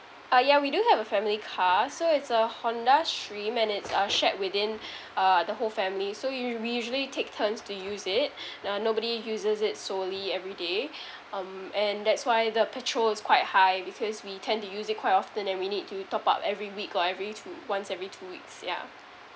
uh yeah we do have a family car so it's a honda stream and it's uh shared within uh the whole family so we u~ we usually take turns to use it uh nobody uses it solely everyday um and that's why the petrol is quite high because we tend to use it quite often and we need to top up every week or every two once every two weeks yeah